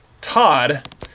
Todd